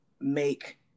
make